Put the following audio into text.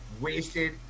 Wasted